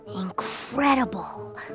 Incredible